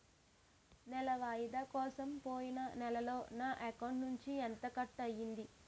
నెల వాయిదా కోసం పోయిన నెలలో నా అకౌంట్ నుండి ఎంత కట్ అయ్యింది?